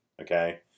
okay